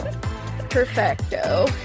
Perfecto